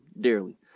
dearly